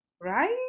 Right